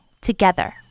together